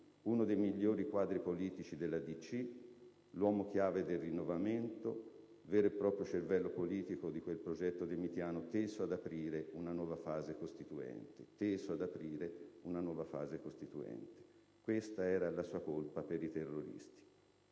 "uno dei migliori quadri politici della DC, l'uomo chiave del rinnovamento, vero e proprio cervello politico del progetto demitiano, teso ad aprire una nuova fase costituente». Questa era la sua colpa per i terroristi.